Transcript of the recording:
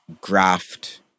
graft